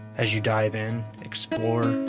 as you dive in, explore,